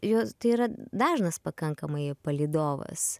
jos tai yra dažnas pakankamai palydovas